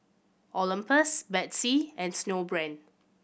Olympus Betsy and Snowbrand